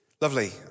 Lovely